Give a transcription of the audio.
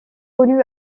connu